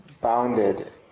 bounded